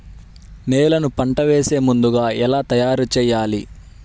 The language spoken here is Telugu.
నేలను పంట వేసే ముందుగా ఎలా తయారుచేయాలి?